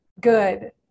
Good